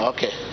Okay